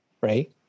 right